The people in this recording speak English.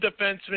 defenseman